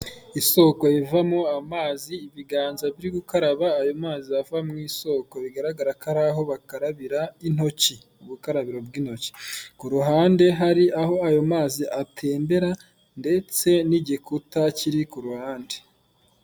Isoko ivamo amazi, ibiganza biri gukaraba ayo mazi ava mu isoko, bigaragara ko ari aho bakarabira intoki, ubukarabiro bw'intoki, ku ruhande hari aho ayo mazi atembera ndetse n'igikuta kiri ku ruhande.